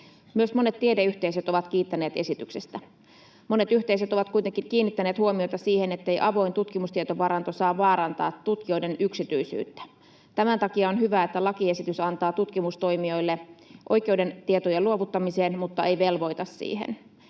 Myös monet tiedeyhteisöt ovat kiittäneet esityksestä. Monet yhteisöt ovat kuitenkin kiinnittäneet huomiota siihen, ettei avoin tutkimustietovaranto saa vaarantaa tutkijoiden yksityisyyttä. Tämän takia on hyvä, että lakiesitys antaa tutkimustoimijoille oikeuden tietojen luovuttamiseen mutta ei velvoita siihen.